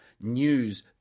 news